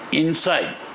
inside